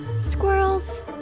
Squirrels